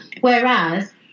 Whereas